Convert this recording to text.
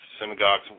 synagogues